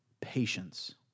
patience